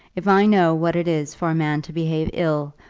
if i know what it is for a man to behave ill,